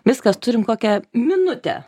viskas turim kokią minutę